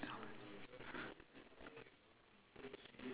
the one putting the hand is it on the